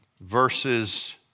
verses